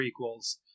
prequels